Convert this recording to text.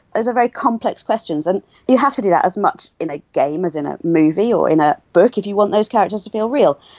very complex questions. and you have to do that as much in a game as in a movie or in a book if you want those characters to feel real.